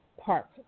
park